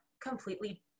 completely